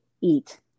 Eat